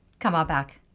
come on back.